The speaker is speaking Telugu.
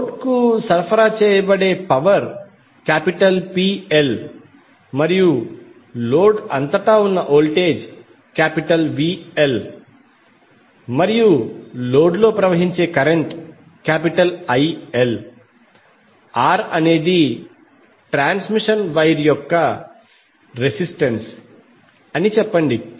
లోడ్ కు సరఫరా చేయబడే పవర్ PL మరియు లోడ్ అంతటా ఉన్న వోల్టేజ్ VL మరియు లోడ్ లో ప్రవహించే కరెంట్ IL R అనేది ట్రాన్స్మిషన్ వైర్ యొక్క రెసిస్టెన్స్ అని చెప్పండి